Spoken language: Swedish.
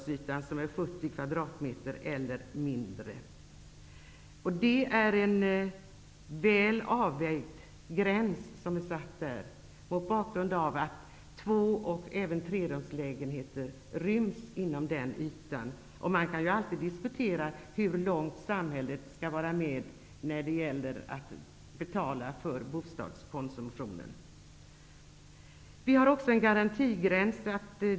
kvadratmeter eller mindre. Det är en väl avvägd gräns mot bakgrund av att två och även trerumslägenheter ryms inom den ytan. Man kan alltid diskutera hur långt samhället skall vara med när det gäller att betala för bostadskonsumtionen. Vi har också en garantigräns.